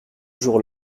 jour